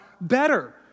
better